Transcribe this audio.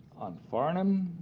on farnam,